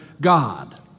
God